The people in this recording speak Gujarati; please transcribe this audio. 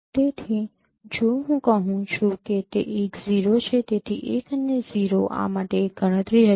તેથી જો હું કહું છું કે તે 1 0 છે તેથી 1 અને 0 આ માટે એક ગણતરી હશે